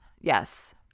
yes